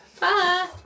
Bye